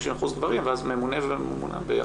50% גברים ואז ממונה וממונה ביחד.